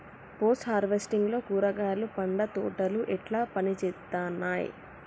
Post harvesting లో కూరగాయలు పండ్ల తోటలు ఎట్లా పనిచేత్తనయ్?